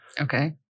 Okay